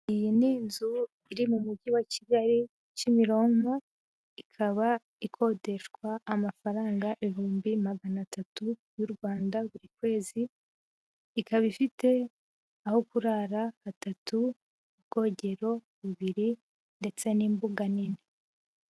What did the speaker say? Iyi ni inzu iri mu mujyi wa Kigali, Kimironko, ikaba ikodeshwa amafaranga ibihumbi magana atatu y'u Rwanda buri kwezi, ikaba ifite aho kurara gatatu, ubwogero bubiri ndetse n'imbuga nini.